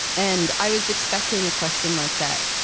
and i was expecting a question like that,